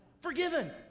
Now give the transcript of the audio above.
Forgiven